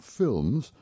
films